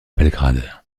belgrade